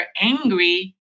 angry